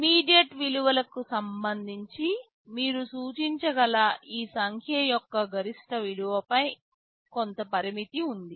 immediate విలువలకు సంబంధించి మీరు సూచించగల ఈ సంఖ్య యొక్క గరిష్ట విలువపై కొంత పరిమితి ఉంది